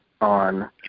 on